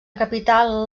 capital